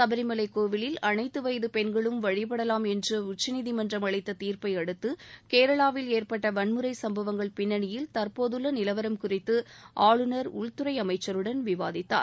சபரிமலை கோவிலில் அனைத்து வயது பெண்களும் வழிபடலாம் என்று உச்சநீதிமன்றம் அளித்த தீர்ப்பை அடுத்து கேரளாவில் ஏற்பட்ட வன்முறை சும்பவங்கள் பின்னணியில் தற்போதுள்ள நிலவரம் குறித்து ஆளுநர் உள்துறை அமைச்சருடன் விவாதித்தார்